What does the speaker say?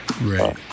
Right